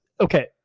okay